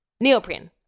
Neoprene